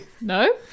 No